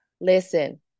listen